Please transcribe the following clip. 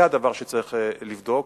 זה הדבר שצריך לבדוק.